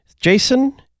Jason